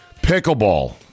pickleball